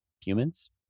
humans